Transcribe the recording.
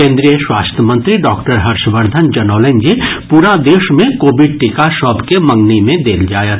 केन्द्रीय स्वास्थ्य मंत्री डॉक्टर हर्षवर्द्वन जनौलनि जे पूरा देश मे कोविड टीका सभ के मंगनी मे देल जायत